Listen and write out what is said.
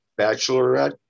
bachelorette